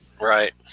Right